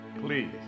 Please